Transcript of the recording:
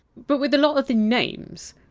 but with a lot of the names,